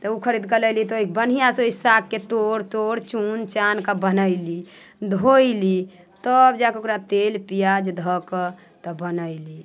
तऽ ओ खरीद कऽ लैली तऽ बढ़िआँसँ सागकेँ तोड़ि ताड़ि चूनि चानि कऽ बनयली धोयली तब जा कऽ ओकरा तेल प्याज धऽ कऽ तब बनयली